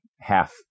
half